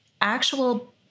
actual